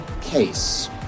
case